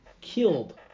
killed